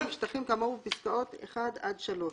משטחים כאמור בפסקאות (1) עד (3).""